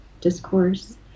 discourse